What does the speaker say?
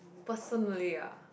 personally ah